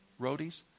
Roadies